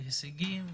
להישגים,